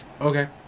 Okay